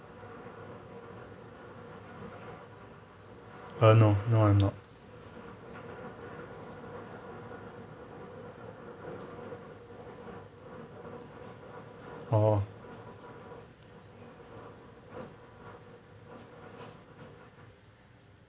uh no no I'm not orh